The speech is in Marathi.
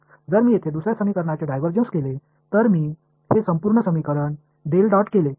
जर मी येथे दुसर्या समीकरणाचे डायव्हर्जन्स केले जर मी हे संपूर्ण समीकरण केले